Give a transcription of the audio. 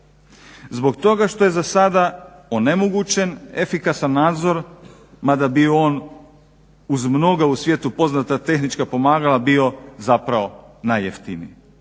Zbog toga što je za sada onemogućen efikasan nadzor mada bi i on uz mnoga u svijetu poznata tehnička pomagala bio zapravo najjeftiniji.